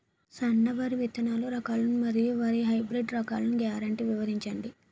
సన్న వరి విత్తనాలు రకాలను మరియు వరి హైబ్రిడ్ రకాలను గ్యారంటీ వివరించండి?